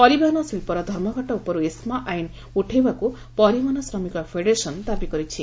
ପରିବହନ ଶିବ୍ବର ଧର୍ମଘଟ ଉପରୁ ଏସମା ଆଇନ୍ ଉଠାଇବାକୁ ପରିବହନ ଶ୍ରମିକ ଫେଡେରେସନ୍ ଦାବି କରିଛି